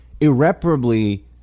irreparably